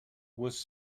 was